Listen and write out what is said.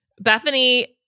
bethany